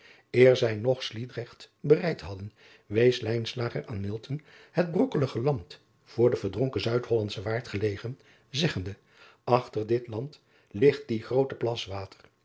zij nog lijdrecht bereikt hadden wees aan het brokkelige land voor den verdronken uidhollandschen waard gelegen zeggende chter dit land ligt die groote plas water